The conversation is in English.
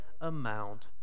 amount